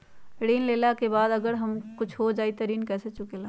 ऋण लेला के बाद अगर हमरा कुछ हो जाइ त ऋण कैसे चुकेला?